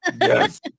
yes